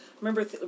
remember